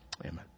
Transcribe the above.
amen